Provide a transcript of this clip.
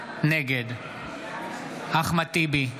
נגד אחמד טיבי,